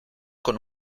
con